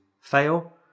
fail